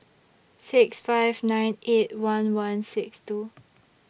six five nine eight one one six two